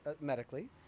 medically